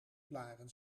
blaren